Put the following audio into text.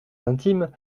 intimes